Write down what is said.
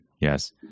yes